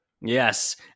yes